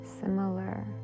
similar